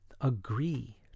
agree